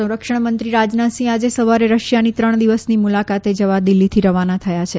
ઓ સંરક્ષણમંત્રી રાજનાથ સિંહ આજે સવારે રશિયાની ત્રણ દિવસની મુલાકાતે જવા દિલ્હીથી રવાના થયા છે